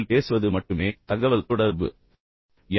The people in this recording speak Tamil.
முதலில் பேசுவது மட்டுமே தகவல் தொடர்பு என்று மக்கள் நினைக்கிறார்கள்